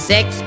Six